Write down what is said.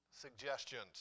suggestions